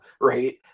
right